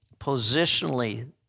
Positionally